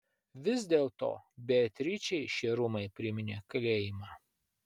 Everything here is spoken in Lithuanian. vis dėlto beatričei šie rūmai priminė kalėjimą